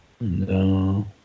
No